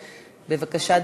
בבקשה,